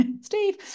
Steve